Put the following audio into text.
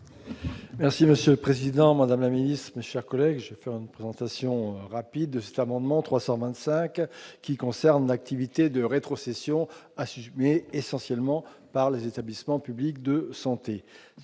Merci Monsieur le Président Madame la milice mais, chers collègues, faire une présentation rapide de cet amendement 325 qui concerne l'activité de rétrocession assis mais essentiellement par les établissements publics de santé